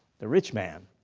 the rich man,